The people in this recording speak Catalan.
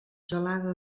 gelada